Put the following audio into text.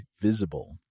Visible